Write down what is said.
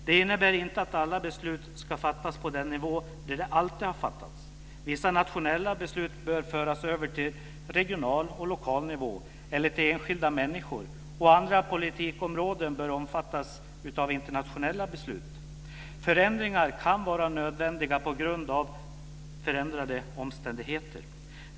Det innebär inte att alla beslut ska fattas på den nivå där de alltid har fattats; vissa nationella beslut bör föras över till regional och lokal nivå eller till enskilda människor, och andra politikområden bör omfattas av internationella beslut. Förändringar kan vara nödvändiga på grund av förändrade omständigheter.